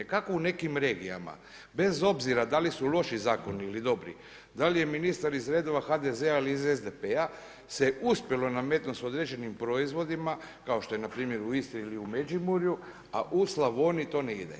Kako u nekim regijama bez obzira da li su loši zakoni ili dobri, da li je ministar iz redova HDZ-a ili SDP-a se uspjelo nametnuti s određenim proizvodima kao što je npr. u Istri ili u Međimurju, a u Slavoniji to ne ide.